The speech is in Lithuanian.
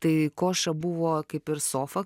tai koša buvo kaip ir sofa